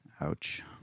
Ouch